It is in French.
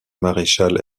maréchal